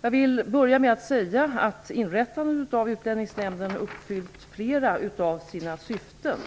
Jag vill börja med att säga att inrättandet av Utlänningsnämnden uppfyllt flera av sina syften.